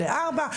לארבע,